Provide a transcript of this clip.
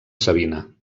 savina